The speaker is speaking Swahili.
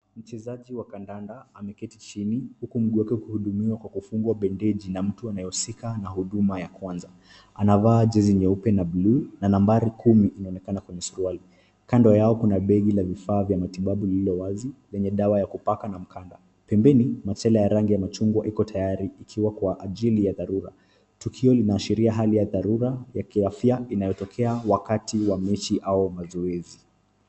Mchezaji wa kandanda ameketi chini huku mguu wake ukihudumiwa kwa kufungwa bendeji na mtu anayehusika na huduma ya kwanza. Anavaa jezi nyeupe na buluu na nambari kumi inaonekana kwenye suruali. Kando yao kuna begi la vifaa vya matibabu lililo wazi lenye dawa ya kupaka na mkanda. Pembeni, machela ya rangi ya machungwa iko tayari ikiwa kwa ajili ya dharura. Tukio linaashiria hali ya dharura ya kiwafia inayotokea wakati wa mechi au wa zoezi.